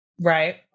right